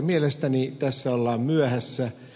mielestäni tässä ollaan myöhässä